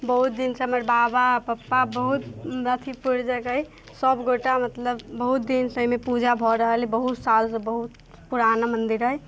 बहुत दिनसँ हमर बाबा पप्पा बहुत अथीपुर जगह अइ सबगोटा मतलब बहुत दिनसँ एहिमे पूजा भऽ रहल अइ बहुत सालसँ बहुत पुरान मन्दिर अइ